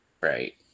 Right